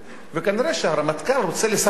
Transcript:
וכנראה הרמטכ"ל רוצה לספק